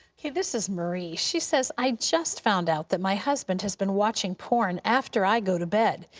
okay, this is marie. she says, i just found out that my husband has been watching porn after i go to bed.